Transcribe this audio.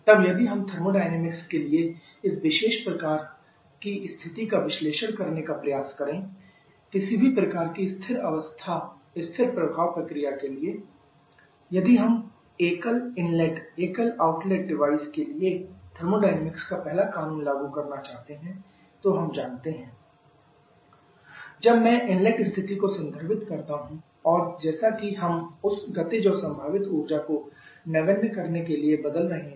तब यदि हम थर्मोडायनामिक्स के लिए इस विशेष प्रकार स्थिति का विश्लेषण करने का प्रयास करें किसी भी प्रकार की स्थिर अवस्था स्थिर प्रभाव प्रक्रिया के लिए यदि हम एकल इनलेट एकल आउटलेट डिवाइस के लिए थर्मोडायनामिक्स का पहला कानून लागू करना चाहते हैं तो हम जानते हैं कि Q Wmhe12Ce2gze hi12ci2gzi जबकि i इनलेट स्थिति को संदर्भित करता है और जैसा कि हम उस गतिज और संभावित ऊर्जा को नगण्य करने के लिए बदल रहे हैं